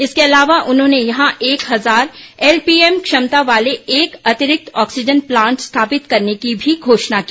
इसके अलावा उन्होंने यहां एक हजार एलपीएम क्षमता वाले एक अतिरिक्त ऑक्सीजन प्लांट स्थापित करने की भी घोषणा की